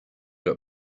got